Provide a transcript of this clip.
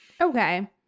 Okay